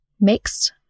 mixed